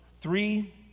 three